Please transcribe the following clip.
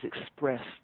expressed